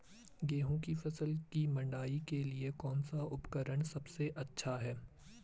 गेहूँ की फसल की मड़ाई के लिए कौन सा उपकरण सबसे अच्छा है?